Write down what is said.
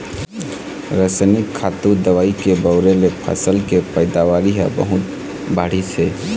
रसइनिक खातू, दवई के बउरे ले फसल के पइदावारी ह बहुत बाढ़िस हे